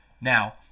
now